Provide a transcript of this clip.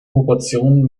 proportionen